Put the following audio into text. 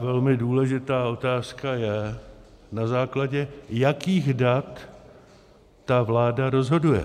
Velmi důležitá otázka je, na základě jakých dat ta vláda rozhoduje.